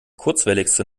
kurzwelligste